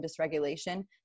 dysregulation